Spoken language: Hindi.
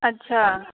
अच्छा